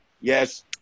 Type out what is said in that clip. Yes